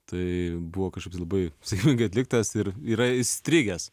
tai buvo kažkaip tai labai sėkmingai atliktas ir yra įstrigęs